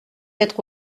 être